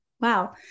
Wow